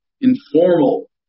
informal